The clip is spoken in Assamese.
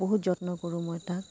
বহুত যত্ন কৰোঁ মই তাক